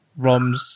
ROMs